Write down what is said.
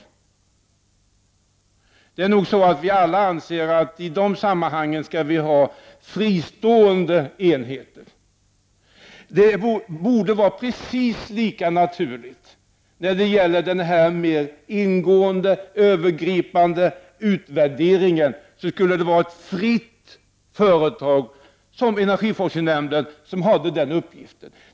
Vi tycker nog alla att revisorer skall vara fristående enheter. Det borde vara precis lika naturligt att tänka på det sättet när det gäller den här ingående, övergripande utvärderingen. Det borde vara ett fristående företag, såsom exempelvis energiforskningsnämnden, som hade den uppgiften.